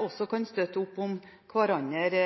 også kan støtte opp om hverandre